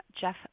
Jeff